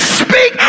speak